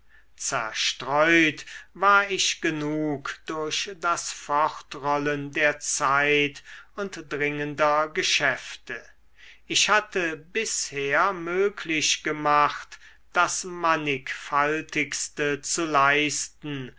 zerstreut war ich genug durch das fortrollen der zeit und dringender geschäfte ich hatte bisher möglich gemacht das mannigfaltigste zu leisten